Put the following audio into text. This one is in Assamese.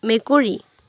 মেকুৰী